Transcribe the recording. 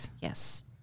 Yes